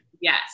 Yes